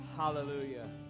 Hallelujah